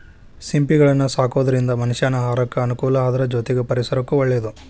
ಸಿಂಪಿಗಳನ್ನ ಸಾಕೋದ್ರಿಂದ ಮನಷ್ಯಾನ ಆಹಾರಕ್ಕ ಅನುಕೂಲ ಅದ್ರ ಜೊತೆಗೆ ಪರಿಸರಕ್ಕೂ ಒಳ್ಳೇದು